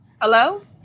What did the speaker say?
Hello